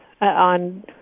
on